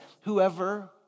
whoever